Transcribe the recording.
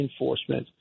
enforcement